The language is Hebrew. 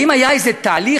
האם היה איזה תהליך?